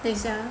等一下